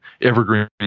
evergreen